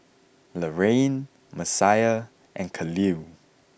Laraine Messiah and Kahlil